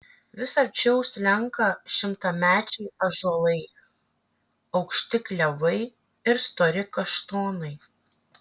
vis arčiau slenka šimtamečiai ąžuolai aukšti klevai ir stori kaštonai